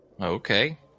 Okay